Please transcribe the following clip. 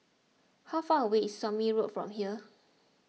how far away is Somme Road from here